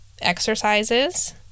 exercises